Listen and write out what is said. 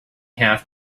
have